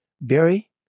Barry